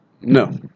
no